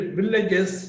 villages